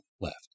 left